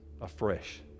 afresh